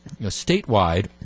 statewide